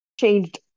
changed